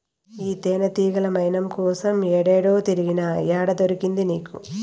ఈ తేనెతీగల మైనం కోసం ఏడేడో తిరిగినా, ఏడ దొరికింది నీకు